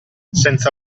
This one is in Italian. senza